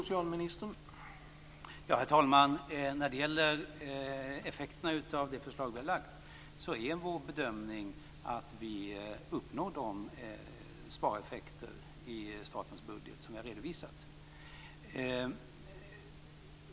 Herr talman! När det gäller effekterna av det förslag som vi har lagt fram är vår bedömning att vi uppnår de spareffekter i statens budget som är redovisade.